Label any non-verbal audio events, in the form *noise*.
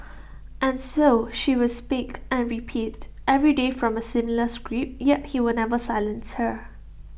*noise* and so she will speak and repeat every day from A similar script yet he will never silence her